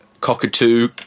Cockatoo